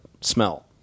smell